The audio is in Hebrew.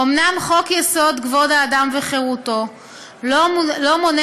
אומנם חוק-יסוד: כבוד האדם וחירותו לא מונה